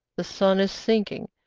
the sun is sinking,